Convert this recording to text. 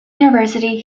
university